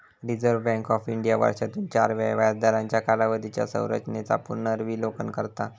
reserve Bank of India वर्षातून चार वेळा व्याजदरांच्या कालावधीच्या संरचेनेचा पुनर्विलोकन करता